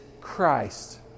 Christ